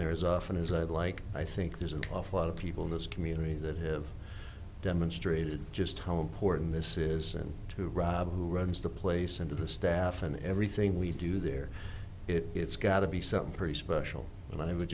there is often as i'd like i think there's an awful lot of people in this community that have demonstrated just how important this is to rob who runs the place and to the staff and everything we do there it's got to be something pretty special and i would